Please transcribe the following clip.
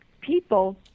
people